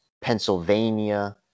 Pennsylvania